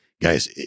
guys